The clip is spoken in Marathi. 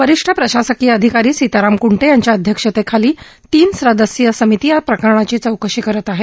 वरिष्ठ प्रशासकीय अधिकारी सीताराम कूंटे यांच्या अध्यक्षतेखाली तीन सदस्यीय समिती या प्रकरणाची चौकशी करत आहे